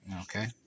Okay